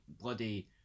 bloody